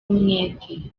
umwete